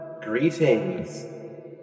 greetings